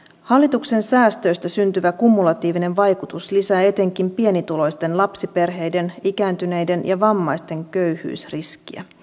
hallituksen tavoitteena on nostaa kilpailukykyä viennin vahvistamisen kautta ja parantaa kotimarkkinoilla olevien yritysten toimintaedellytyksiä